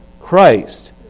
Christ